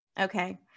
Okay